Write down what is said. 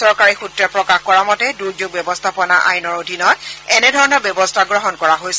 চৰকাৰী সূত্ৰই প্ৰকাশ কৰা মতে দুৰ্যোগ ব্যৱস্থাপনা আইনৰ অধীনত এনেধৰণৰ ব্যৱস্থা গ্ৰহণ কৰা হৈছে